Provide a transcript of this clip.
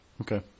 Okay